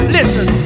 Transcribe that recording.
Listen